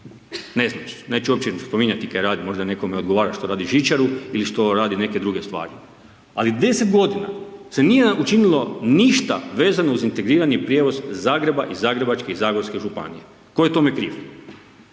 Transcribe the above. ne znam, neću uopće spominjati kaj radi, možda nekome odgovara što radi žičaru ili što radi neke druge stvari. Ali 10 godina se nije učinilo ništa vezano uz integrirani prijevoz Zagreba i Zagrebačke i Zagorske županije. Tko je tome kriv?